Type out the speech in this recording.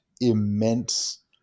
immense